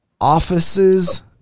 offices